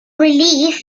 relief